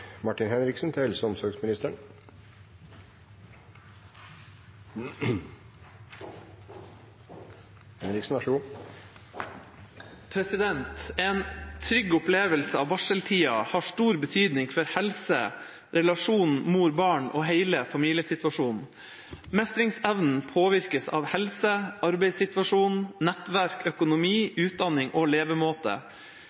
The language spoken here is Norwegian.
til en konklusjon. «En trygg opplevelse av barseltiden har stor betydning for helse, relasjonen mor-barn og hele familiesituasjonen. Mestringsevnen påvirkes av helse, arbeidssituasjon, nettverk, økonomi,